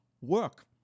work